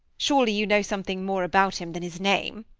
surely you know something more about him than his name?